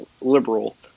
liberal